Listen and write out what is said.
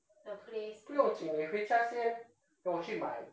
不用紧你回家先 then 我去买